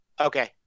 Okay